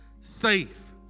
safe